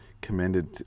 commended